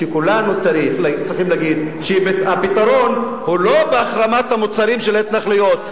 שכולנו צריכים להגיד שהפתרון הוא לא בהחרמת המוצרים של ההתנחלויות.